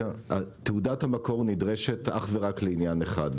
תעודת המקור נדרשת אך ורק לעניין אחד,